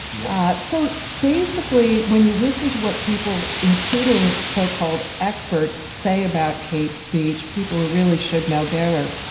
yeah so, basically, when you listen to what people, including so-called experts, say about hate speech, people who really should know better,